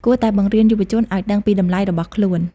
គួរតែបង្រៀនយុវជនឱ្យដឹងពីតម្លៃរបស់ខ្លួន។